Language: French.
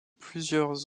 plusieurs